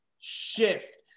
shift